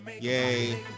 yay